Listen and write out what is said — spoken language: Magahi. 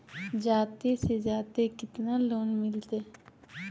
जादे से जादे कितना लोन मिलते?